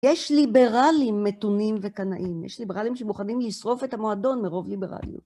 יש ליברלים מתונים וקנאים. יש ליברלים שמוכנים לשרוף את המועדון מרוב ליברליות.